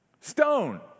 stone